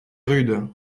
rude